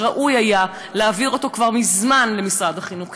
שראוי היה להעביר אותם כבר מזמן למשרד החינוך,